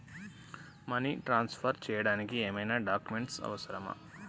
Money transfer చేయడానికి ఏమైనా documents అవసరమా?